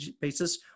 basis